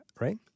right